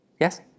Yes